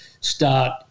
start